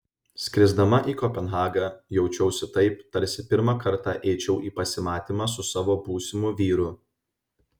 skrisdama į kopenhagą jaučiausi taip tarsi pirmą kartą eičiau į pasimatymą su savo būsimu vyru